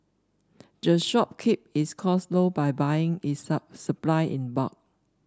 the shop keep its cost low by buying its supply in bulk